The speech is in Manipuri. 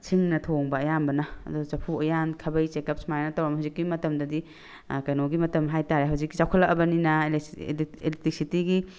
ꯁꯤꯡꯅ ꯊꯣꯡꯕ ꯑꯌꯥꯝꯕꯅ ꯑꯗꯣ ꯆꯐꯨ ꯎꯌꯥꯟ ꯈꯥꯕꯩ ꯆꯦꯒꯞ ꯁꯨꯃꯥꯏꯅ ꯇꯧꯔꯝꯃꯤ ꯍꯧꯖꯤꯛꯀꯤ ꯃꯇꯝꯗꯗꯤ ꯀꯩꯅꯣꯒꯤ ꯃꯇꯝ ꯍꯥꯏꯇꯥꯔꯦ ꯍꯧꯖꯤꯛꯇꯤ ꯆꯥꯎꯈꯠꯂꯛꯑꯕꯅꯤꯅ ꯑꯦꯂꯦꯛꯇ꯭ꯔꯤꯁꯤꯇꯤꯒꯤ